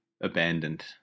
abandoned